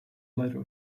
letter